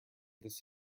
this